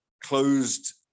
closed